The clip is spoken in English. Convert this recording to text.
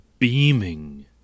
Beaming